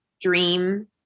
dream